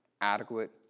adequate